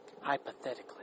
Hypothetically